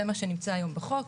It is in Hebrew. זה מה שנמצא היום בחוק.